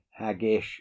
haggish